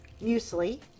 muesli